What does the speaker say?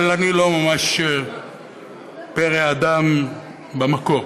אבל אני לא ממש פרא אדם במקור.